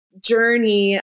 journey